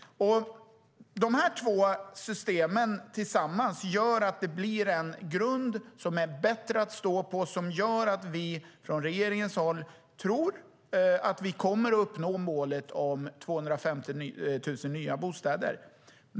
De två systemen tillsammans skapar en god grund att stå på. Vi från regeringen tror att vi kommer att uppnå målet om 250 000 nya bostäder.